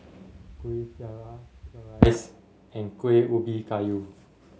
Kuih Syara Chicken Rice and Kueh Ubi Kayu